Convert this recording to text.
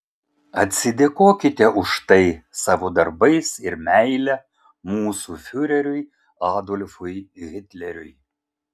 atsidėkokite už tai savo darbais ir meile mūsų fiureriui adolfui hitleriui